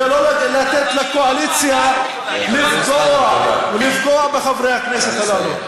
אני אומר לך מה התשובה: כי הם לא נמצאים בקונסנזוס של השיח בישראל,